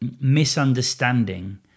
misunderstanding